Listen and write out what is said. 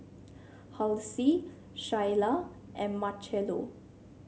Halsey Shayla and Marchello